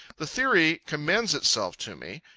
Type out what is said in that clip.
the theory commends itself to me.